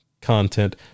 content